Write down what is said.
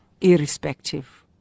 irrespective